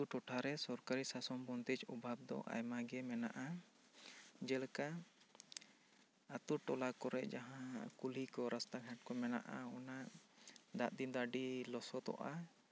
ᱟᱛᱳ ᱴᱷᱚᱴᱷᱟ ᱨᱮ ᱥᱚᱨᱠᱟᱨᱤ ᱥᱟᱥᱚᱱ ᱵᱚᱱᱛᱮᱡᱽ ᱚᱵᱷᱟᱣ ᱫᱚ ᱟᱭᱢᱟ ᱜᱮ ᱢᱮᱱᱟᱜᱼᱟ ᱡᱮᱞᱮᱠᱟ ᱟᱛᱳ ᱴᱚᱞᱟ ᱠᱚᱨᱮ ᱡᱟᱦᱟᱸ ᱠᱩᱞᱦᱤ ᱠᱚ ᱨᱟᱥᱛᱟ ᱠᱚ ᱢᱮᱱᱟᱜᱼᱟ ᱚᱱᱟ ᱫᱟᱜ ᱫᱤᱱ ᱫᱚ ᱟᱹᱰᱤ ᱞᱚᱥᱚᱫᱚᱜᱼᱟ